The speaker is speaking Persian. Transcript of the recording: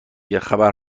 گهخبر